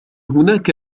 هناك